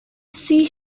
see